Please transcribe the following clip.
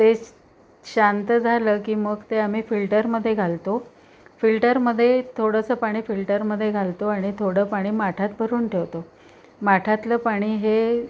ते शांत झालं की मग ते आम्ही फिल्टरमध्ये घालतो फिल्टरमध्ये थोडंसं पाणी फिल्टरमध्ये घालतो आणि थोडं पाणी माठात भरून ठेवतो माठातलं पाणी हे